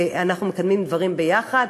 ואנחנו מקדמים דברים ביחד,